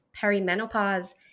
perimenopause